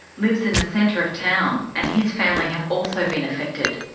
lives in the centre of town, and his family have also been affected.